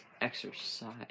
Exercise